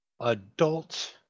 adult